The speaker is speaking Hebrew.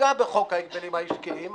תפגע בחוק ההגבלים העסקיים.